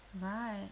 Right